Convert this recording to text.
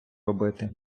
робити